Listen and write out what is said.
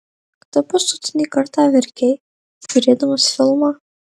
kada paskutinį kartą verkei žiūrėdamas filmą